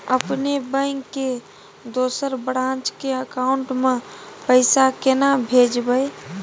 अपने बैंक के दोसर ब्रांच के अकाउंट म पैसा केना भेजबै?